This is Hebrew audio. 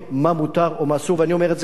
ואני אומר את זה בנימה הידידותית ביותר,